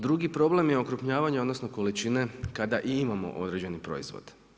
Drugi problem je okupljivanje, odnosno, količine kada i imamo određeni proizvod.